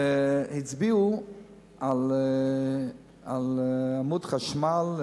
והצביעו על עמוד חשמל,